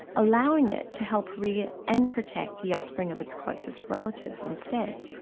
allowing it to help rear and protect the offspring of its closest relatives instead.